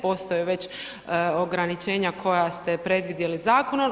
Postoje već ograničenja koja ste predvidjeli zakonom.